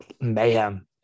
mayhem